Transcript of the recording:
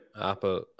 Apple